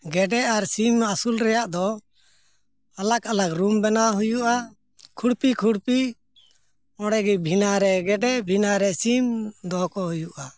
ᱜᱮᱰᱮ ᱟᱨ ᱥᱤᱢ ᱟᱹᱥᱩᱞ ᱨᱮᱱᱟᱜ ᱫᱚ ᱟᱞᱟᱠ ᱟᱞᱟᱠ ᱨᱩᱢ ᱵᱮᱱᱟᱣ ᱦᱩᱭᱩᱜᱼᱟ ᱠᱷᱩᱲᱯᱤ ᱠᱷᱩᱲᱯᱤ ᱚᱸᱰᱮ ᱜᱮ ᱵᱷᱤᱱᱟᱹ ᱨᱮ ᱜᱮᱰᱮ ᱵᱷᱤᱱᱟ ᱨᱮ ᱥᱤᱢ ᱫᱚᱦᱚ ᱠᱚ ᱦᱩᱭᱩᱜᱼᱟ